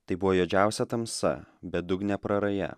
tai buvo juodžiausia tamsa bedugnė praraja